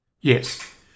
Yes